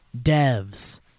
Devs